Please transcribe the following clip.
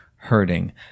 hurting